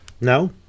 No